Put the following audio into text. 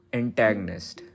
antagonist